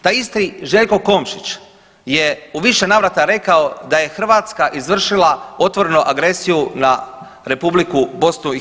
Taj isti Željko Komšić je u više navrata rekao da je Hrvatska izvršila otvorenu agresiju na Republiku BiH.